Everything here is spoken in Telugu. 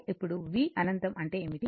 అప్పుడు v అనంతం అంటే ఏమిటి